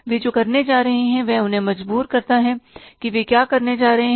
वे जो करने जा रहे हैं वह उन्हें मजबूर करता है कि वे क्या करने जा रहे हैं